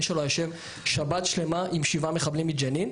שלו יושב שבת שלמה עם שבעה מחבלים מג'נין?